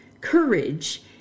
courage